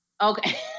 Okay